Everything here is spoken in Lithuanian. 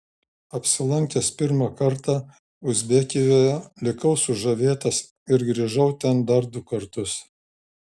apsilankęs pirmą kartą uzbekijoje likau sužavėtas ir grįžau ten dar du kartus